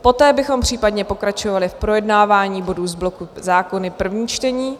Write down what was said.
Poté bychom případně pokračovali v projednávání bodů z bloku Zákony první čtení.